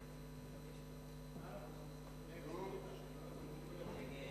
בעד, 3,